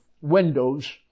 windows